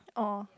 oh